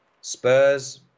Spurs